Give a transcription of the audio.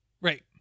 Right